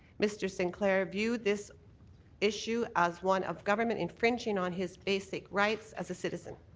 mr. sinclair viewed this issue as one of government infringing on his basic rights as a citizen.